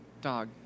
dog